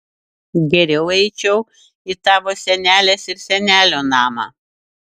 geriau eičiau į tavo senelės ir senelio namą